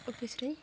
office ᱨᱮᱧ